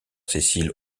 cécile